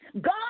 God